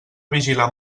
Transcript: vigilar